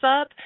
up